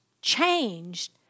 changed